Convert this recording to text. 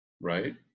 right